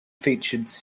features